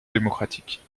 démocratiques